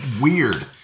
weird